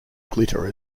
glitter